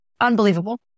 unbelievable